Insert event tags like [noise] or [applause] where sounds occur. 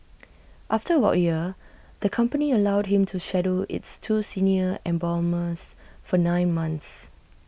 [noise] after about A year the company allowed him to shadow its two senior embalmers for nine months